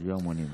היו המונים.